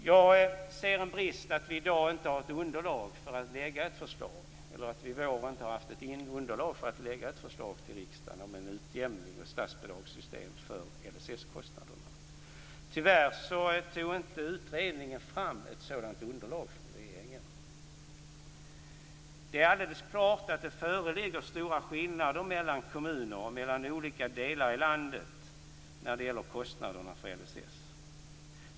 Jag ser en brist i att vi i vår inte har haft ett underlag för att lägga fram ett förslag till riksdagen om en utjämning och ett statsbidragssystem för LSS-kostnaderna. Tyvärr tog utredningen inte fram ett sådant underlag till regeringen. Det är alldeles klart att det föreligger stora skillnader mellan kommuner och mellan olika delar i landet när det gäller kostnaderna för LSS.